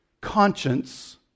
conscience